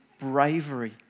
bravery